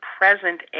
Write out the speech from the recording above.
present